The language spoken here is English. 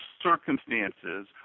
circumstances